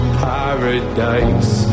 paradise